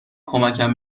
کمکم